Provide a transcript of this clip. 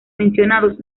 mencionados